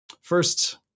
First